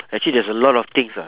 actually there's a lot of things ah